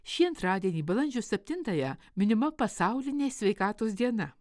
šį antradienį balandžio septintąją minima pasaulinė sveikatos diena